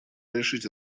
решить